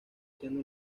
siendo